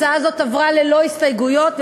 התשע"ד, עברה בקריאה שנייה